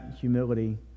humility